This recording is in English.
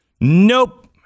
Nope